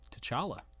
T'Challa